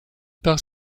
part